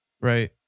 Right